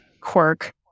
quirk